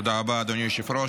תודה רבה, אדוני היושב-ראש.